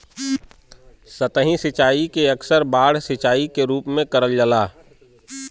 सतही सिंचाई के अक्सर बाढ़ सिंचाई के रूप में करल जाला